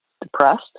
depressed